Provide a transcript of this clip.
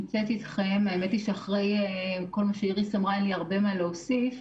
אחרי כל מה שאיריס אמרה אין לי הרבה מה להוסיף,